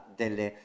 delle